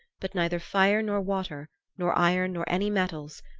but neither fire nor water, nor iron nor any metals,